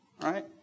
right